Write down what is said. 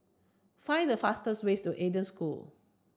find the fastest way to Eden School